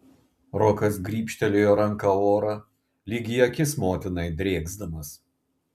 rokas grybštelėjo ranka orą lyg į akis motinai drėksdamas